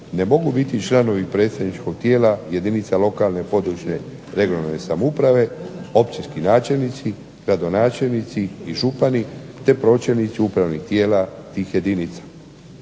ne mogu biti članovi predsjedničkog tijela jedinica lokalne i područne (regionalne) samouprave, općinski načelnici, gradonačelnici i župani te pročelnici upravnih tijela tih jedinica.